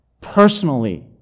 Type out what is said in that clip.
personally